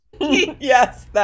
Yes